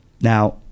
Now